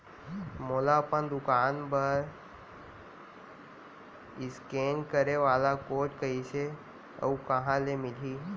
मोला अपन दुकान बर इसकेन करे वाले कोड कइसे अऊ कहाँ ले मिलही?